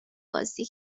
بازی